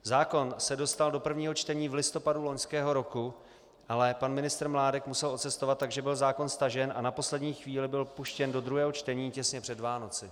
Zákon se dostal do prvního čtení v listopadu loňského roku, ale pan ministr Mládek musel odcestovat, takže byl zákon stažen a na poslední chvíli byl vpuštěn do druhého čtení těsně před Vánoci.